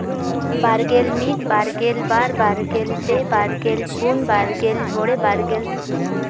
ᱵᱟᱨᱜᱮᱞ ᱢᱤᱫ ᱵᱟᱨᱜᱮᱞ ᱵᱟᱨ ᱵᱟᱨᱜᱮᱞ ᱯᱮ ᱵᱟᱨᱜᱮᱞ ᱯᱩᱱ ᱵᱟᱨᱜᱮᱞ ᱢᱚᱬᱮ ᱵᱟᱨᱜᱮᱞ ᱛᱩᱨᱩᱭ